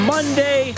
Monday